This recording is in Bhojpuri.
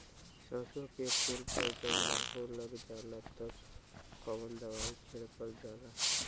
सरसो के फूल पर जब माहो लग जाला तब कवन दवाई छिड़कल जाला?